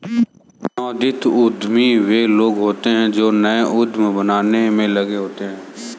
नवोदित उद्यमी वे लोग होते हैं जो नए उद्यम बनाने में लगे होते हैं